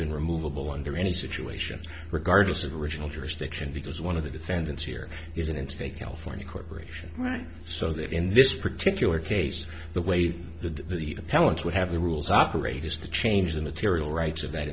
been removable under any situation regardless of the original jurisdiction because one of the defendants here is an in state california corporation right so that in this particular case the way the appellant would have the rules operate is to change the material rights of that